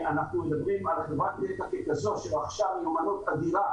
אנחנו מדברים על --- מיומנות אדירה